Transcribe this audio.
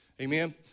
Amen